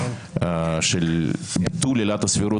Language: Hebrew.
של ביטול עילת הסבירות,